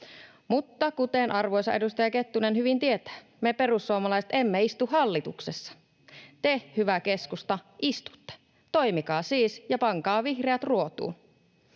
Mutta kuten arvoisa edustaja Kettunen hyvin tietää, me perussuomalaiset emme istu hallituksessa. Te, hyvä keskusta, istutte — toimikaa siis ja pankaa vihreät ruotuun.